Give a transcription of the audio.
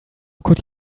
could